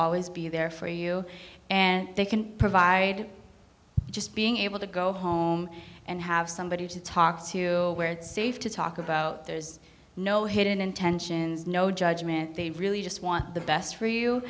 always be there for you and they can provide just being able to go home and have somebody to talk to where it's safe to talk about there's no hidden intentions no judgment they really just want the best for you